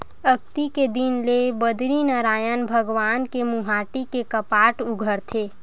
अक्ती के दिन ले बदरीनरायन भगवान के मुहाटी के कपाट उघरथे